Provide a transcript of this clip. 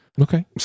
Okay